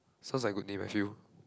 sounds like good name I feel